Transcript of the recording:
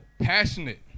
passionate